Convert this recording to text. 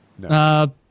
No